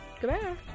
Goodbye